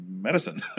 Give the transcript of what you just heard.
medicine